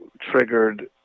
triggered